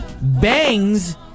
Bangs